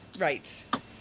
right